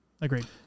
Agreed